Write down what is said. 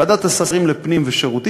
ועדת השרים לענייני פנים ושירותים,